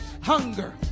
Hunger